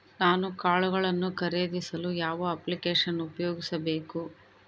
ನಾನು ಕಾಳುಗಳನ್ನು ಖರೇದಿಸಲು ಯಾವ ಅಪ್ಲಿಕೇಶನ್ ಉಪಯೋಗಿಸಬೇಕು?